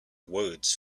words